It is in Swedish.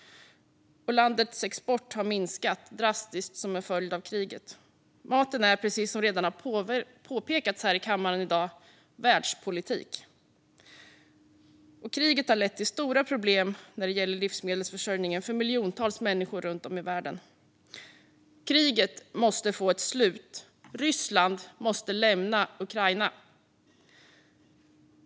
Landets export har dock minskat drastiskt som en följd av kriget. Som redan har påpekats här i kammaren i dag är maten världspolitik. Kriget har lett till stora problem för livsmedelsförsörjningen för miljontals människor runt om i världen. Kriget måste få ett slut. Ryssland måste lämna Ukraina.